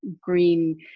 green